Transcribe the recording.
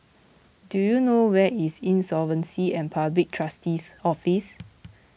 do you know where is Insolvency and Public Trustee's Office